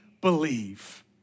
believe